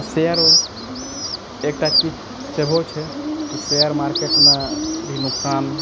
आ शेयरो एकटा चीज सेहो छै कि शेयर मार्केटमे भी नुकसान